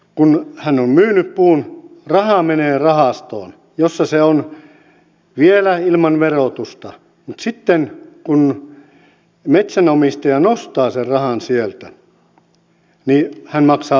kun hän on myynyt puun raha menee rahastoon jossa se on vielä ilman verotusta mutta sitten kun metsänomistaja nostaa sen rahan sieltä hän maksaa vasta veron